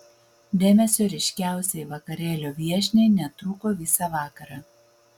dėmesio ryškiausiai vakarėlio viešniai netrūko visą vakarą